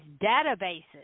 databases